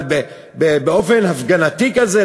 אבל באופן הפגנתי כזה,